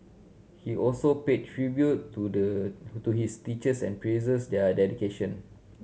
he also paid tribute to the who to his teachers and praised their dedication